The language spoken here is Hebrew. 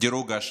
דירוג האשראי.